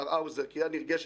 מר האוזר, קריאה נרגשת.